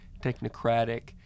technocratic